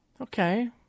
Okay